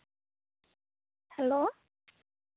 hello